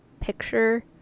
picture